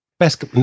Best